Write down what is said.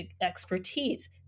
expertise